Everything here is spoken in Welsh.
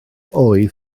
oedd